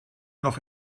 noch